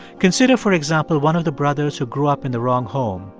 consider, for example, one of the brothers who grew up in the wrong home,